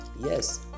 Yes